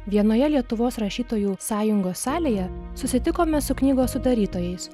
vienoje lietuvos rašytojų sąjungos salėje susitikome su knygos sudarytojais